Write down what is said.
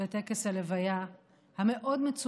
בטקס הלוויה המאוד-מצומצם,